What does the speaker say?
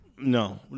No